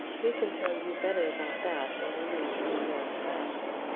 we can tell you better about that when we know a few more of the facts.